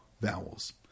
vowels